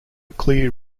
clear